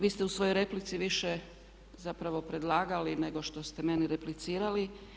Vi ste u svojoj replici više zapravo predlagali nego što ste meni replicirali.